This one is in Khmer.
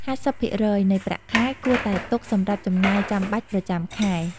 ៥០% នៃប្រាក់ខែ គួរតែទុកសម្រាប់ចំណាយចាំបាច់ប្រចាំខែ។